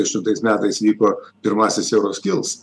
aštuntais metais vyko pirmasis euro skils